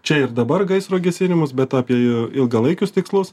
čia ir dabar gaisro gesinimus bet apie ilgalaikius tikslus